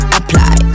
apply